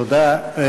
תודה.